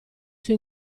suo